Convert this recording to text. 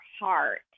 heart